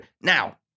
Now